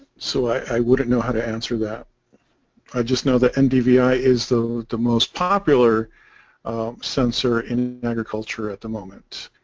so i wouldn't know how to answer that i just know the and ndvi is the the most popular sensor in agriculture at the moment